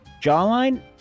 jawline